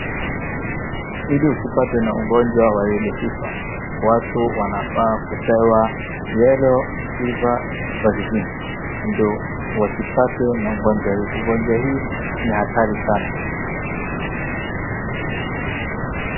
Hili usipatwe na ugonjwa wa yellow fever , watu wanafaa kupewa yellow fever vaccine ndio wasipatwe na ugonjwa hii. Ugonjwa hii ni hatari sana.